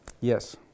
Yes